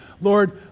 Lord